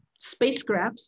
spacecrafts